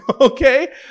Okay